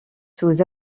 sous